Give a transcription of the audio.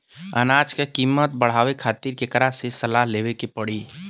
अनाज क कीमत बढ़ावे खातिर केकरा से सलाह लेवे के पड़ी?